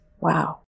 Wow